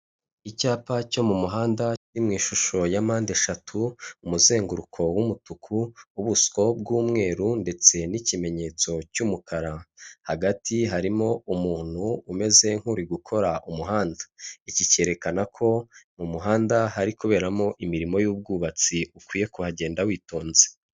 Icyapa cyo mu muhanda kiri mu ishusho ya mpande eshatu, umuzenguruko w'umutuku, wubuso bw'umweru ndetse n'ikimenyetso cy'umukara, hagati harimo umuntu umeze nk'uri gukora umuhanda. Iki cyekana ko mu muhanda hari kuberamo imirimo y'ubwubatsi, ukwiye kuhagenda witonze.